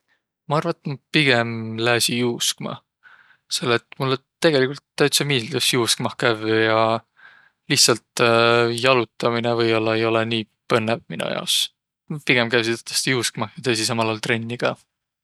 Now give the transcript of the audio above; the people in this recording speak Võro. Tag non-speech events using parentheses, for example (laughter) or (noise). Ma arva, et ma pigem lääsiq juuskma, selle et mullõ tegeligult täütsä miildüs juuskmah kävvüq ja lihtsält (hesitation) jalutaminõ või-ollaq ei olõq nii põnnõv mino jaos. Pigem käüsiq tõtõstõ juuskmah ja teesiq samal aol trenni ka.